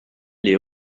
les